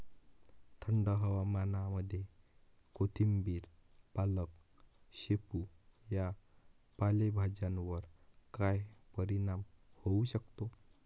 थंड हवामानामध्ये कोथिंबिर, पालक, शेपू या पालेभाज्यांवर काय परिणाम होऊ शकतो?